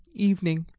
evening.